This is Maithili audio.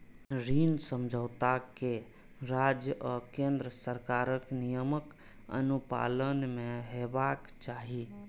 ऋण समझौता कें राज्य आ केंद्र सरकारक नियमक अनुपालन मे हेबाक चाही